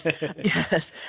Yes